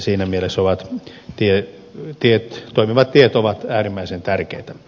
siinä mielessä toimivat tiet ovat äärimmäisen tärkeitä